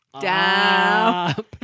Down